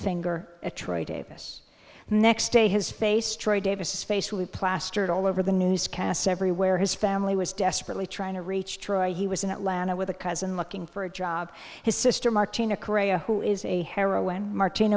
finger at troy davis the next day his face troy davis face was plastered all over the newscasts everywhere his family was desperately trying to reach troy he was in atlanta with a cousin looking for a job his sister martina correia who is a heroin martin